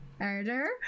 Order